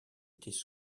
étaient